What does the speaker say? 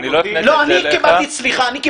אני מודה שאני כן מתבייש.